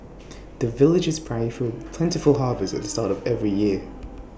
the villagers pray for plentiful harvest at the start of every year